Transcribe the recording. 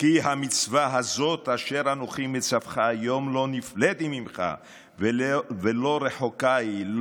"כי המצוה הזאת אשר אנוכי מצוך היום לא נפלאת היא ממך ולא רחוקה היא.